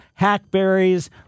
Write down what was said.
hackberries